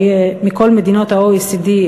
מכל מדינות ה-OECD,